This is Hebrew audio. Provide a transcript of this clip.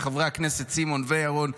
חברי הכנסת סימון וירון,